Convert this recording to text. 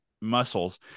muscles